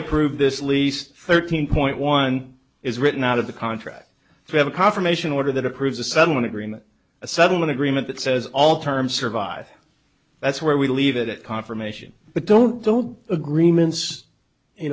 approve this least thirteen point one is written out of the contract we have a confirmation order that approves a settlement agreement a settlement agreement that says all terms survive that's where we leave it at confirmation but don't don't agreements